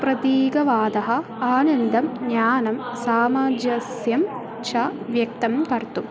प्रतीकवादः आनन्दं ज्ञानं सामाजस्यं च व्यक्तं कर्तुम्